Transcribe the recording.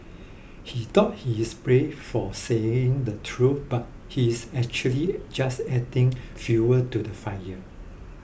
he thought he is brave for saying the truth but he is actually just adding fuel to the fire